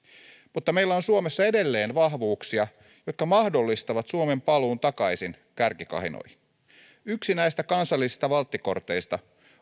mutta meillä on suomessa edelleen vahvuuksia jotka mahdollistavat suomen paluun takaisin kärkikahinoihin yksi näistä kansallisista valttikorteista